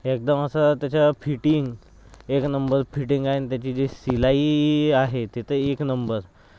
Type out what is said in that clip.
एकदम असं त्याचं फिटिंग एक नंबर फिटिंग आहे आणि त्याची जी शिलाई आहे ती तर एक नंबर